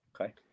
Okay